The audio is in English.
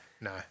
No